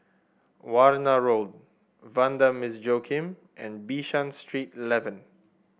Warna Road Vanda Miss Joaquim and Bishan Street Eleven